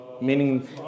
meaning